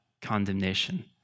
Condemnation